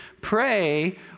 Pray